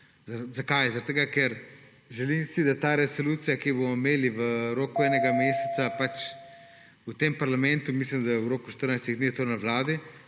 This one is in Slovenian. Zakaj? Zaradi tega ker si želim, da ta resolucija, ki jo bomo imeli v roku enega meseca v tem parlamentu, mislim da v roku 14 dni je to na Vladi,